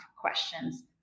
questions